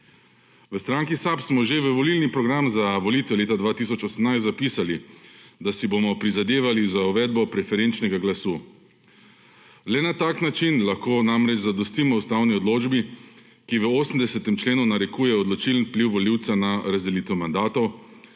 V stranki SAB smo še v volilni program za volitve leta 2018 zapisali, da si bomo prizadevali za uvedbo preferenčnega glasu. Le na tak način lahko namreč zadostimo ustavni določbi, ki v 80. členu narekuje odločilen vpliv volivca na razdelitev mandatov,